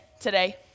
today